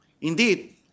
Indeed